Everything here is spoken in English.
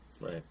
Right